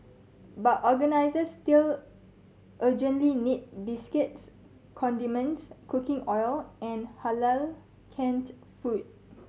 but organisers still urgently need biscuits condiments cooking oil and Halal canned food